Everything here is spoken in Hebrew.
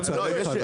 דבאח נמצא פה?